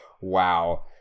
wow